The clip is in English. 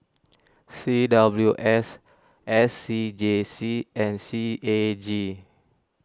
C W S S C G C and C A G